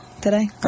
today